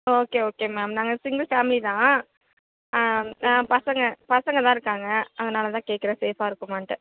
okay okay ma'am நாங்கள் single family தான் நான் பசங்க பசங்கள்லாம் இருக்காங்க அதனால தான் கேட்குறேன் சேஃபாக இருக்குமான்ட்டு